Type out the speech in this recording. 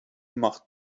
macht